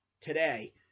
today